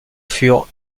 furent